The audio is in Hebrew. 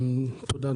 תודה.